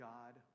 God